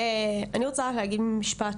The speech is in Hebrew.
אני רוצה רק להגיד משפט.